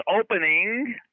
opening